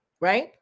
right